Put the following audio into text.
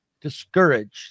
discouraged